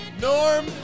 Norm